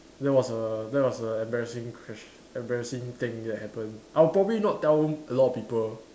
that was a that was a embarrassing ques~ embarrassing thing that happened I'll probably not tell a lot of people